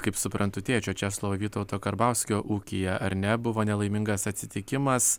kaip suprantu tėčio česlovo vytauto karbauskio ūkyje ar nebuvo nelaimingas atsitikimas